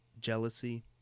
jealousy